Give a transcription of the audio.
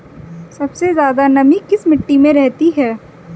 सबसे ज्यादा नमी किस मिट्टी में रहती है?